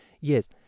Yes